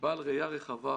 בעל ראייה רחבה,